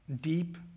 deep